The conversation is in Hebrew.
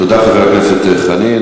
תודה, חבר הכנסת חנין.